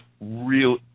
real